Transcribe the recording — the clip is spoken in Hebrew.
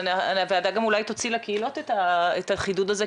הוועדה גם אולי תוציא לקהילות את החידוד הזה,